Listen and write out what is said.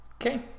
Okay